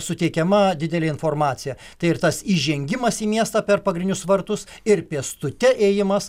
suteikiama didelė informacija tai ir tas įžengimas į miestą per pagrinius vartus ir pėstute ėjimas